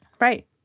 Right